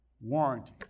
Warranty